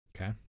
Okay